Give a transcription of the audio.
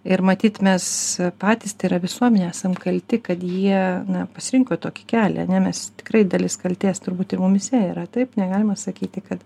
ir matyt mes patys tai yra visuomenė esam kalti kad jie na pasirinko tokį kelią ar ne mes tikrai dalis kaltės turbūt ir mumyse yra taip negalima sakyti kad